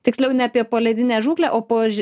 tiksliau ne apie poledinę žūklę o po ž